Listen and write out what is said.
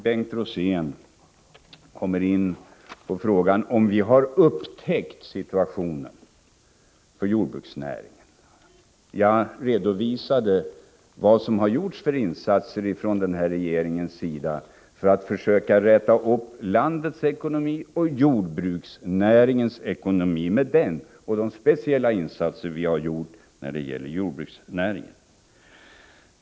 Bengt Rosén kommer in på frågan om vi har ”upptäckt” situationen för jordbruksnäringen. Jag redovisade vilka insatser som har gjorts från den här regeringens sida för att försöka räta upp landets ekonomi, och jordbruksnäringens ekonomi med den, samt de speciella insatser vi har gjort när det gäller just jordbruksnäringen.